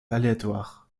aléatoires